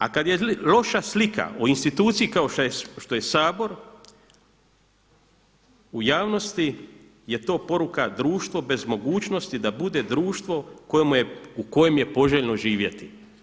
A kada je loša slika u instituciji kao što je Sabor u javnosti je to poruka, društvo bez mogućnosti da bude društvo u kojem je poželjno živjeti.